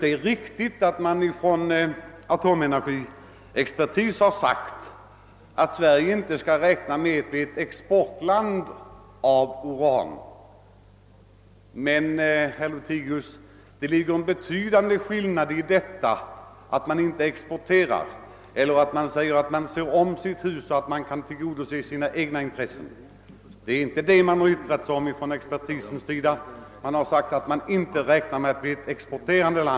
Det är riktigt att atomenergiexpertis har sagt att Sverige inte bör räkna med att kunna exportera uran, men det är en betydande skillnad mellan att inte exportera och att se om sitt hus så att man kan tillgodose sina egna intressen.